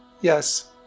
Yes